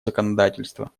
законодательства